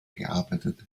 gearbeitet